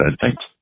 Thanks